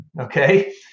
okay